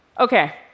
Okay